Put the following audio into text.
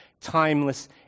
timeless